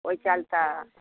ओहि चलते